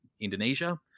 Indonesia